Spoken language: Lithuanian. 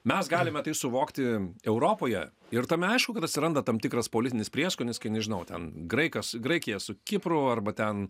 mes galime tai suvokti europoje ir tame aišku kad atsiranda tam tikras politinis prieskonis kai nežinau ten graikas graikija su kipru arba ten